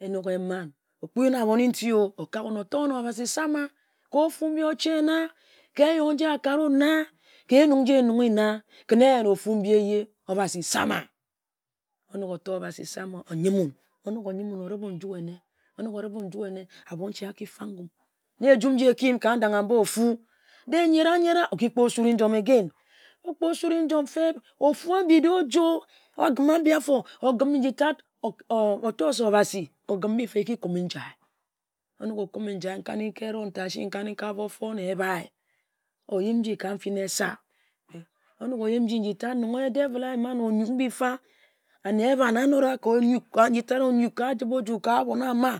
enok eman, okpin-un ahboni nti-o, okangun, otor Obasi sama ka ofu mbi ochena, ka eyoh nji aka re wut na, ka enung nji enunghe-na, kǝn eyen ofu mbi ehye, Obasi sama. Onok otor Obasi sama, oyi mun, oribe-un nju enne. Onok Oribe-un nju enne, ahbonche aki fag ngum na ejum nji eki yim ka ndangha-mba ofu. Then nyie-ra-yera, ejom again okpor surre njom feb, ofu-mib de-e ojor, ogim abi afo ogim bitat, otor se Obasi ogim mbi fa, eki kume njia onok okume njia nkani-ka ehron ta asi nkani-ka bofor na ebhi, oyim nji ka nfin esa. Onok oyim nji nji-tat nong devil ayima nor onyuk mbi fa, ane ehban anora ka onyuk nji-tat onyuk ka ariboju, ka ahbon ama.